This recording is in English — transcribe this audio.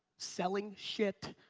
selling shit.